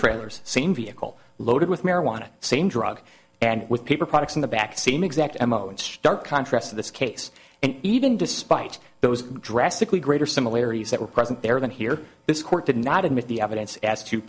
trailers same vehicle loaded with marijuana same drug and with paper products in the back same exact m o in stark contrast to this case and even despite those drastically greater similarities that were present there than here this court did not admit the evidence as to